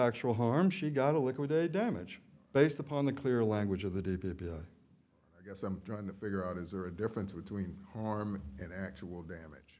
actual harm she got a liquidate damage based upon the clear language of the d p p i guess i'm trying to figure out is there a difference between harm and actual damage